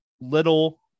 Little